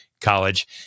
College